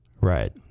Right